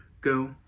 Go